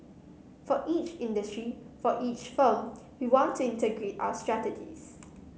for each industry for each firm we want to integrate our strategies